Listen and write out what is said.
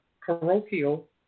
parochial